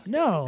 no